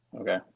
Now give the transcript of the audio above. Okay